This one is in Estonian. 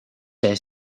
see